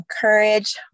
Courage